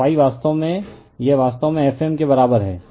तो वास्तव में यह वास्तव में Fm के बराबर है